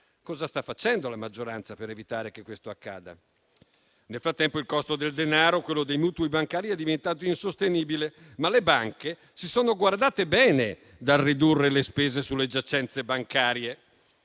Cosa sta facendo la maggioranza per evitare che questo accada? Nel frattempo il costo del denaro e quello dei mutui bancari è diventato insostenibile, ma le banche si sono guardate bene dal ridurre le spese sulle giacenze bancarie.